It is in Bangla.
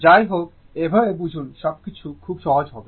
যাই হোক এইভাবে বুঝুন সবকিছু খুব সহজ হবে